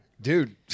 Dude